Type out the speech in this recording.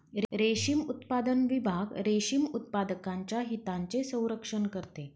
रेशीम उत्पादन विभाग रेशीम उत्पादकांच्या हितांचे संरक्षण करते